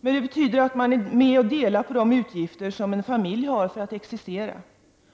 Det betyder att man är med och delar på de utgifter som en familj har för att existera.